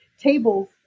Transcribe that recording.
tables